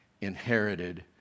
inherited